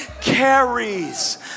carries